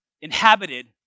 inhabited